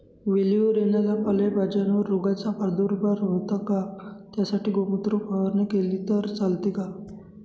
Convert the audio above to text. वेलीवर येणाऱ्या पालेभाज्यांवर रोगाचा प्रादुर्भाव होतो का? त्यासाठी गोमूत्र फवारणी केली तर चालते का?